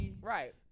Right